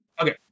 Okay